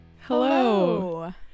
Hello